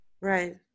Right